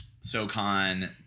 socon